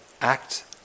act